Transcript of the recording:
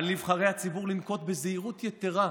על נבחרי הציבור לנקוט בזהירות יתרה,